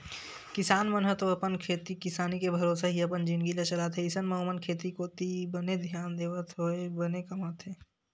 किसान मन ह तो अपन खेती किसानी के भरोसा ही अपन जिनगी ल चलाथे अइसन म ओमन खेती कोती बने धियान देवत होय बने कमाथे